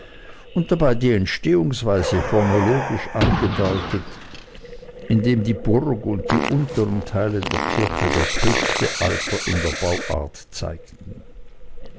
und dabei die entstehungsweise chronologisch angedeutet indem die burg und die untern teile der kirche das höchste alter in der bauart zeigten